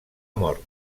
mort